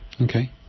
Okay